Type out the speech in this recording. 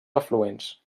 afluents